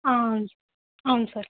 అవును సార్